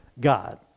God